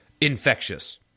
infectious